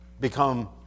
become